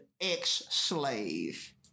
ex-slave